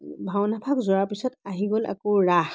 ভাওনা ভাগ যোৱাৰ পিছত আহি গ'ল আকৌ ৰাস